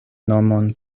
nomon